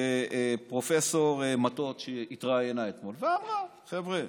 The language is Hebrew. פרופ' מטות, שהתראיינה אתמול ואמרה: חבר'ה,